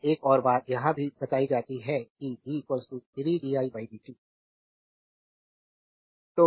अब एक और बात यह भी बताई जाती है कि v 3 di dt